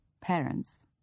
Parents